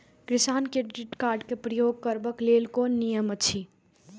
किसान credit card क प्रयोग करबाक लेल कोन नियम अछि?